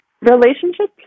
relationships